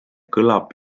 kõlab